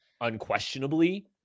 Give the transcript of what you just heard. unquestionably